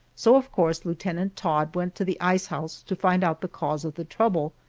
so of course lieutenant todd went to the ice house to find out the cause of the trouble,